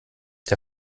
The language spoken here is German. der